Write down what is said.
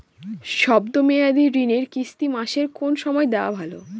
শব্দ মেয়াদি ঋণের কিস্তি মাসের কোন সময় দেওয়া ভালো?